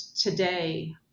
today